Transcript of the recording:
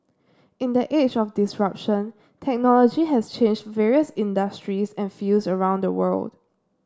in the age of disruption technology has changed various industries and fields around the world